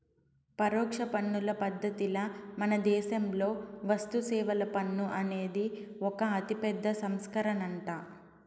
పరోక్ష పన్నుల పద్ధతిల మనదేశంలో వస్తుసేవల పన్ను అనేది ఒక అతిపెద్ద సంస్కరనంట